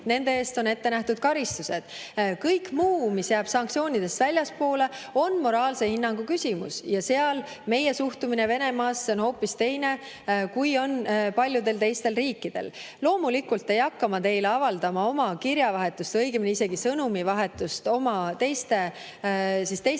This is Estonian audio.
selle eest on ette nähtud karistused. Kõik muu, mis jääb sanktsioonidest väljapoole, on moraalse hinnangu küsimus ja [selles mõttes] on meie suhtumine Venemaasse hoopis teine, kui on paljudel teistel riikidel. Loomulikult ei hakka ma teile avaldama oma kirjavahetust, õigemini isegi sõnumivahetust teiste